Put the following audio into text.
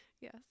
Yes